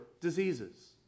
diseases